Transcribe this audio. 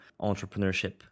entrepreneurship